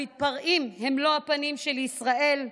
המתפרעים הם לא הפנים של ישראל,